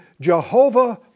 Jehovah